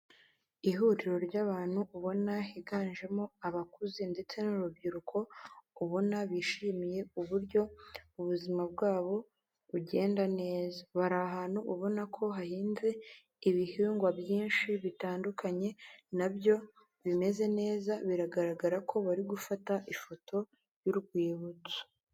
Ihuriro ry'abantu ubona higanjemo abakuze ndetse n'urubyiruko ubona bishimiye uburyo ubuzima bwabo bugenda neza, bari ahantu ubona ko hahinze ibihingwa byinshi bitandukanye nabyo bimeze neza biragaragara ko bari gufata ifoto y'urwibutso.